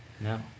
No